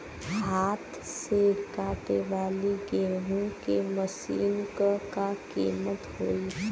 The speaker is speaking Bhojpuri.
हाथ से कांटेवाली गेहूँ के मशीन क का कीमत होई?